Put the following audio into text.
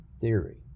theory